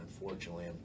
unfortunately